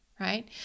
right